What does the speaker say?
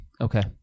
Okay